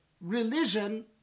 religion